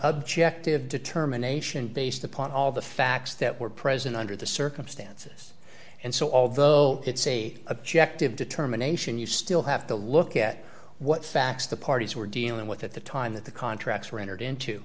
determination based upon all the facts that were present under the circumstances and so although it's a objective determination you still have to look at what facts the parties were dealing with at the time that the contracts were entered into